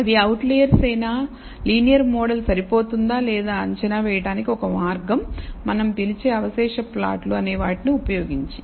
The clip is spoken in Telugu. అవి అవుట్లెర్స్ ఏ నా లీనియర్ మోడల్ సరిపోతుందా లేదా అంచనా వేయడానికి ఒక మార్గం మనం పిలిచే అవశేష ప్లాట్లు అనే వాటిని ఉపయోగించి